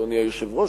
אדוני היושב-ראש,